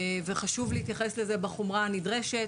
וחשוב להתייחס לזה בחומרה הנדרשת.